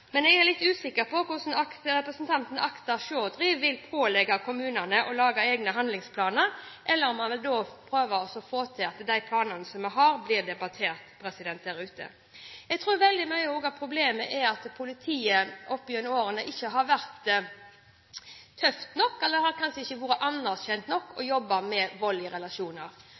men jeg er litt usikker på om representanten Akhtar Chaudhry vil pålegge kommunene å lage egne handlingsplaner, eller om han prøver å få til at de planene vi har, blir debattert der ute. Jeg tror veldig mye av problemet er at det i politiet gjennom årene kanskje ikke har vært tøft nok – eller kanskje ikke anerkjent nok – å jobbe med vold i relasjoner.